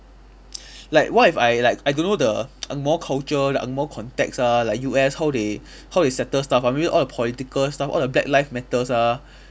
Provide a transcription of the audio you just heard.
like what if I like I don't know the angmoh culture the angmoh context ah like U_S how they how they settle stuff ah maybe all the political stuff all the black life matters ah